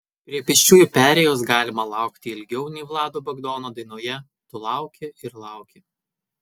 prie pėsčiųjų perėjos galima laukti ilgiau nei vlado bagdono dainoje tu lauki ir lauki